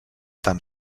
tan